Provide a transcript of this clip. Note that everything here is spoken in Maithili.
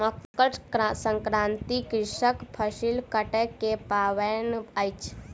मकर संक्रांति कृषकक फसिल कटै के पाबैन अछि